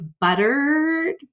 buttered